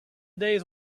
days